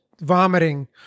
vomiting